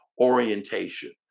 orientation